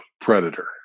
predator